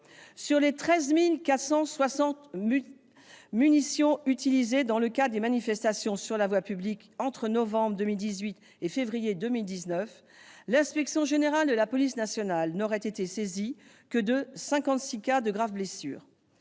Sur les 13 460 munitions utilisées dans le cadre des manifestations sur la voie publique entre novembre 2018 et février 2019, l'Inspection générale de la police nationale n'aurait été saisie que de cinquante-six cas de graves blessures.